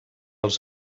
els